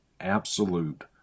absolute